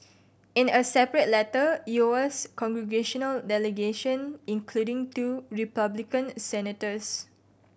in a separate letter Lowa's congressional delegation including two Republican senators